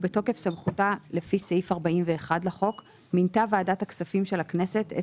ובתוקף סמכותה לפי סעיף 41 לחוק מינתה ועדת הכספים של הכנסת את